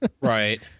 Right